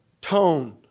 Tone